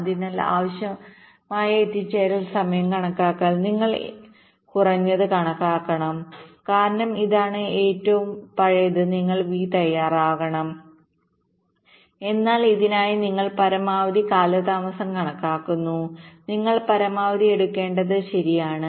അതിനാൽ ആവശ്യമായ എത്തിച്ചേരൽ സമയം കണക്കാക്കാൻ നിങ്ങൾ കുറഞ്ഞത് കണക്കാക്കണം കാരണം ഏതാണ് ഏറ്റവും പഴയത് നിങ്ങൾ വി തയ്യാറാക്കണം എന്നാൽ ഇതിനായി നിങ്ങൾ പരമാവധി കാലതാമസം കണക്കാക്കുന്നു നിങ്ങൾ പരമാവധി എടുക്കേണ്ടതുണ്ട് ശരിയാണ്